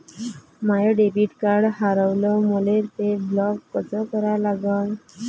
माय debit card हारवलं, मले ते ब्लॉक कस करा लागन?